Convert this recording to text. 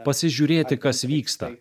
pasižiūrėti kas vyksta